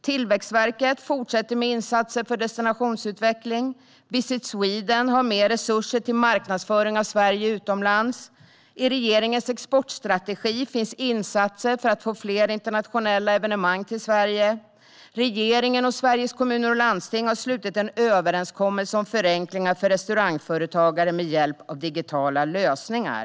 Tillväxtverket fortsätter med insatser för destinationsutveckling, Visit Sweden har mer resurser till marknadsföring av Sverige utomlands, i regeringens exportstrategi finns insatser för att få fler internationella evenemang till Sverige och regeringen och Sveriges Kommuner och Landsting har slutit en överenskommelse om förenklingar för restaurangföretagare med hjälp av digitala lösningar.